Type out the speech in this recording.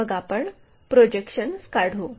मग आपण प्रोजेक्शन्स काढू